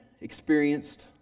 experienced